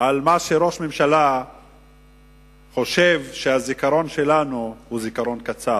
על כך שראש ממשלה חושב שהזיכרון שלנו הוא זיכרון קצר,